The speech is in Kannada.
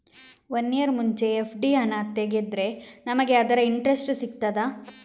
ವನ್ನಿಯರ್ ಮುಂಚೆ ಎಫ್.ಡಿ ಹಣ ತೆಗೆದ್ರೆ ನಮಗೆ ಅದರ ಇಂಟ್ರೆಸ್ಟ್ ಸಿಗ್ತದ?